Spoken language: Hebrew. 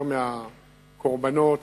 יותר מהקורבנות,